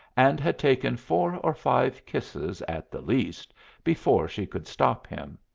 and had taken four or five kisses at the least before she could stop him.